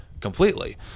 completely